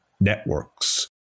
networks